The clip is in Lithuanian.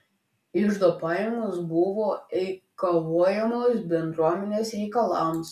iždo pajamos buvo eikvojamos bendruomenės reikalams